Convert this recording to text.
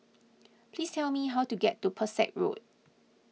please tell me how to get to Pesek Road